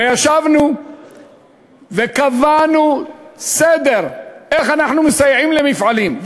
וישבנו וקבענו סדר, איך אנחנו מסייעים למפעלים.